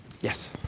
Yes